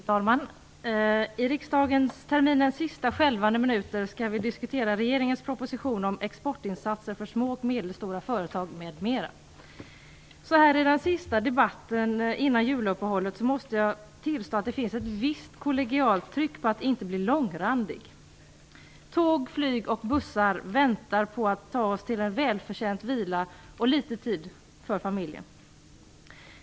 Fru talman! I riksdagsterminens sista skälvande minuter skall vi diskutera regeringens proposition om exportinsatser för små och medelstora företag m.m. Så här i den sista debatten före juluppehållet finns det, måste jag tillstå, ett visst kollegialt tryck på att inte bli långrandig. Tåg, flyg och bussar väntar på att ta oss till en välförtjänt vila och till litet tid för familjen.